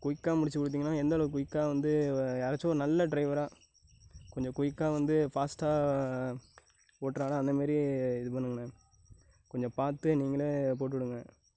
குயிக்கா முடிச்சு கொடுத்தீங்கனா எந்த அளவுக்கு குயிக்காக வந்து யாராச்சும் ஓர் நல்ல டிரைவராக கொஞ்சம் குயிக்காக வந்து ஃபாஸ்ட்டாக ஓட்டுறாங்கள்லே அந்தமாரி இது பண்ணுங்கண்ணே கொஞ்சம் பார்த்து நீங்களே போட்டுவிடுங்க